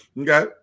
Okay